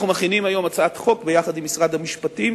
אנחנו מכינים היום ביחד עם משרד המשפטים